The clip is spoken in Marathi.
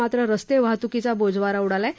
मात्र रस्ते वाहतुकीचा बोजवारा उडाला आहे